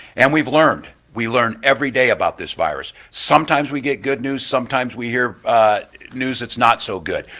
and we've learned, we learn every day about this virus. sometimes we get good news, sometimes we hear news that's not so good.